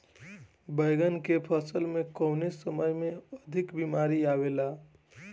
बैगन के फसल में कवने समय में अधिक बीमारी आवेला?